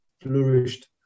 flourished